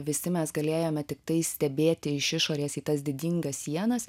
visi mes galėjome tiktai stebėti iš išorės į tas didingas sienas